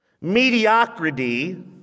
Mediocrity